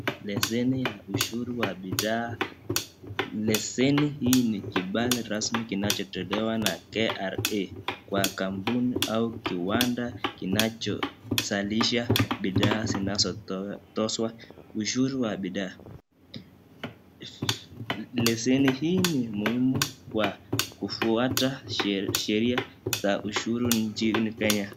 Leseni ya ushuru wa bidhaa, leseni hii ni kibali rasmi kinachotolewa na kra kwa kampuni au kiwanda kinacho zalisha bidhaa zinazotozwa ushuru wa bidhaa, leseni hii ni muhimu kwa kufuata sheria nchini kenya.